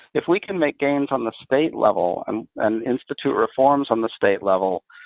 if we can make gains on the state level and and institute reforms on the state level,